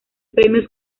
premios